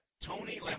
Tony